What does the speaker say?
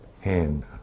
hand